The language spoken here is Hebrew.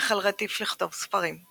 החל רטיף לכתוב ספרים,